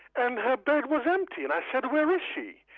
and her bed was empty, and i said, where is she?